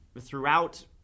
throughout